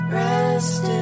rest